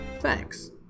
Thanks